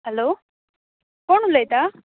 hello कोण उलयता